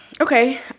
Okay